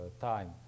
time